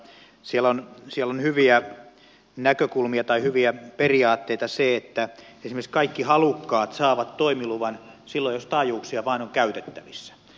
siinä on hyviä näkökulmia tai hyviä periaatteita se että esimerkiksi kaikki halukkaat saavat toimiluvan silloin jos taajuuksia vain on käytettävissä